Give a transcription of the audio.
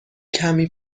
کمی